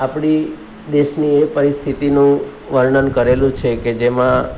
આપણી દેશની એ પરિસ્થિતિનું વર્ણન કરેલું છે કે જેમાં